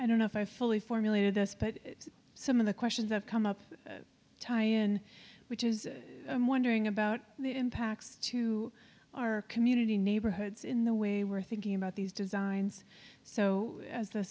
i don't know if i fully formulated this but some of the questions that come up time in which is i'm wondering about the impacts to our community neighborhoods in the way we're thinking about these designs so as